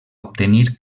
obtenir